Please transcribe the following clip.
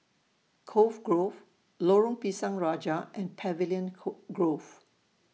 Cove Grove Lorong Pisang Raja and Pavilion Coal Grove